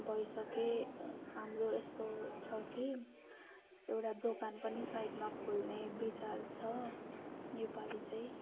भइसके हाम्रो यस्तो छ कि एउटा दोकान पनि साइटमा खोल्ने विचार छ योपालि चाहिँ